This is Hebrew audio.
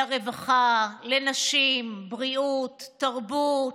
לרווחה, לנשים, לבריאות, לתרבות.